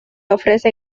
ofrece